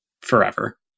forever